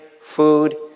food